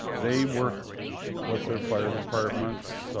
they work with their fire departments.